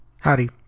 Howdy